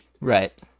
Right